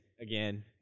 again